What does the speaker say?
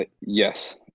yes